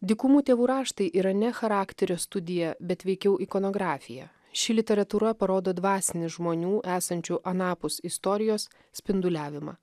dykumų tėvų raštai yra ne charakterio studija bet veikiau ikonografija ši literatūra parodo dvasinį žmonių esančių anapus istorijos spinduliavimą